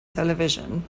television